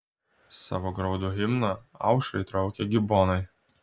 savo graudų himną aušrai traukia gibonai